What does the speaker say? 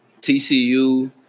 TCU